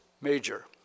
major